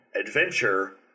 adventure